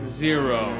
zero